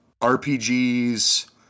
RPGs